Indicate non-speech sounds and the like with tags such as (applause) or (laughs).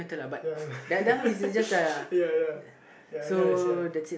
ya (laughs) ya ya ya anyways ya